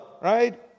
right